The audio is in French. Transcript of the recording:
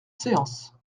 séance